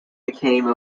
became